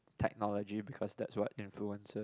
technologies because that's what influence us